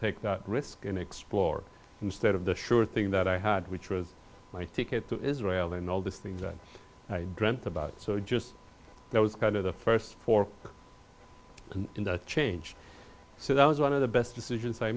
take that risk and explore instead of the sure thing that i had which was my ticket to israel and all these things i dreamt about so just that was kind of the first for a change so that was one of the best decisions i